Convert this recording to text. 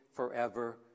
forever